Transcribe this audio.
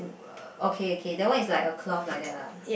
okay okay that one is like a cloth like that ah